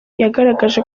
yagaragaje